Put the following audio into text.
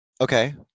Okay